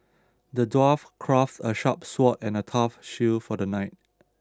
the dwarf craft a sharp sword and a tough shield for the knight